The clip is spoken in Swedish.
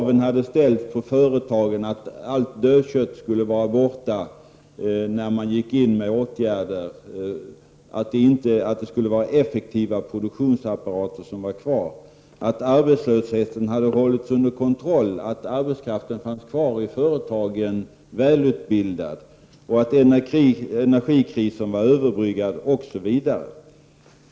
Det hade ställts krav på företagen att allt dödkött skulle vara borta när man gick in med åtgärder. Det var effektiva produktionsapparater som fanns kvar, arbetslösheten hade hållits under kontroll, välutbildad arbetskraft fanns kvar i företagen, energikrisen var överbryggad, osv.